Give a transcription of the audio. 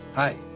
hey,